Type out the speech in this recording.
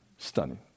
Stunning